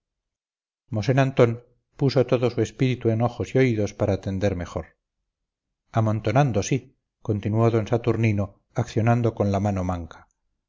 amontonando mosén antón puso todo su espíritu en ojos y oídos para atender mejor amontonando sí continuó d saturnino accionando con la mano manca